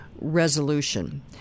resolution